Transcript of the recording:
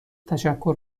تشکر